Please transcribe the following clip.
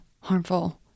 harmful